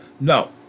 No